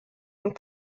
und